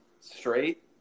straight